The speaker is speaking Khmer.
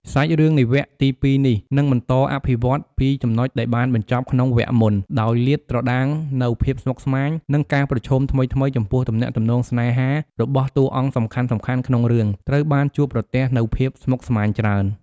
សាច់រឿងនៃវគ្គទី២នេះ នឹងបន្តអភិវឌ្ឍន៍ពីចំណុចដែលបានបញ្ចប់ក្នុងវគ្គមុន ដោយលាតត្រដាងនូវភាពស្មុគស្មាញ និងការប្រឈមថ្មីៗ ចំពោះទំនាក់ទំនងស្នេហារបស់តួអង្គសំខាន់ៗក្នុងរឿង ត្រូវបានជួបប្រទះនូវភាពស្មុគស្មាញច្រើន។